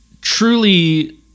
truly